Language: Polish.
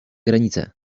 granicę